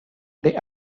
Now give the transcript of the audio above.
they